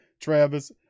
Travis